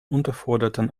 unterforderten